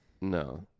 No